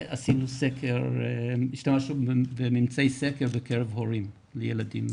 והשתמשנו בממצאי סקר בקרב הורים לילדים.